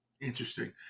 Interesting